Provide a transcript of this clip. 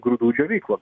grūdų džiovyklom